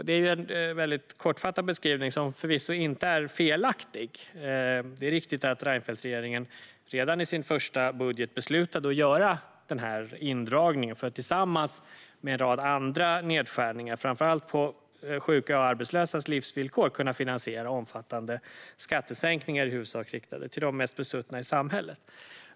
Det är en mycket kortfattad beskrivning som förvisso inte är felaktig. Det är riktigt att Reinfeldtregeringen redan i sin första budget beslutade att göra den här indragningen för att tillsammans med en rad andra nedskärningar, framför allt på sjukas och arbetslösas livsvillkor, kunna finansiera omfattande skattesänkningar i huvudsak riktade till de mest besuttna i samhället.